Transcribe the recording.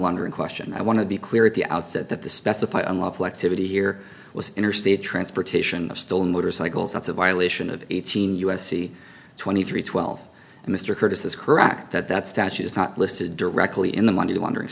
laundering question i want to be clear at the outset that the specified unlawful activity here was interstate transportation of still motorcycles that's a violation of eighteen u s c twenty three twelve and mr curtis is correct that that statute is not listed directly in the money laundering